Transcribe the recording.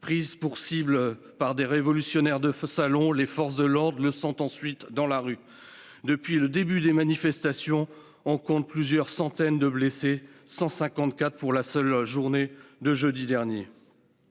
Prises pour cible par des révolutionnaires de salon, les forces de l'ordre le sont ensuite dans la rue. Depuis le début des manifestations, on compte plusieurs centaines de blessés- il y en a eu 154 pour la seule journée de jeudi dernier.